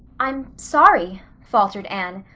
i'm sorry, faltered anne,